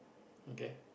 okay